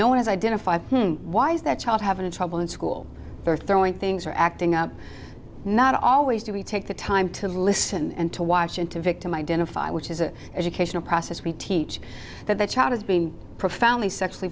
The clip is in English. no one has identified why is that child having trouble in school or throwing things or acting out not always do we take the time to listen and to watch into a victim identify which is an educational process we teach that the child has been profoundly sexually